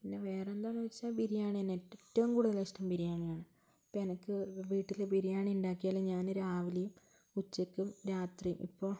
പിന്നെ വേറെന്താണെന്നു വച്ചാൽ ബിരിയാണിതന്നെ ഇഷ്ടം ഏറ്റവും കൂടുതലിഷ്ടം ബിരിയാണിയാണ് ഇപ്പോൾ എനിക്ക് വീട്ടിൽ ബിരിയാണി ഉണ്ടാക്കിയാൽ ഞാൻ രാവിലേയും ഉച്ചയ്ക്കും രാത്രിയും ഇപ്പോൾ ഇതൊക്കെയാണ്